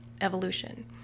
evolution